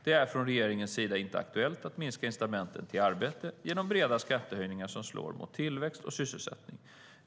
Det är från regeringens sida inte aktuellt att minska incitamenten till arbete genom breda skattehöjningar som slår mot tillväxt och sysselsättning.